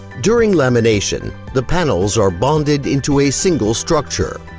during lamination, the panels are bonded into a single structure.